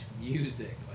music